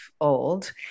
old